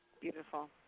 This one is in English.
Beautiful